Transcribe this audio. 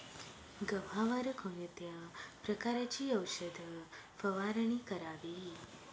गव्हावर कोणत्या प्रकारची औषध फवारणी करावी?